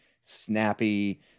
snappy